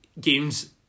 games